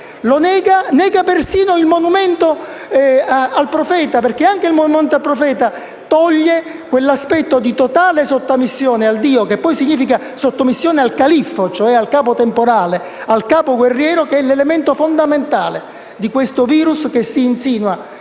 continuare. Nega persino il monumento al profeta perché anche questo indebolisce l'aspetto di totale sottomissione al dio, che poi significa sottomissione al califfo, cioè al capo temporale e guerriero, che è l'elemento fondamentale di questo virus che si insinua